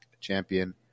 champion